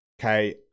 okay